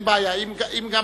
אין בעיה, אם גם